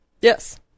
Yes